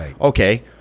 okay